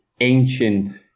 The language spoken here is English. ancient